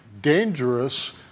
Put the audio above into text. dangerous